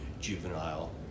juvenile